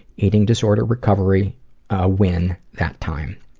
eating disorder recovery ah win that time.